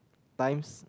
times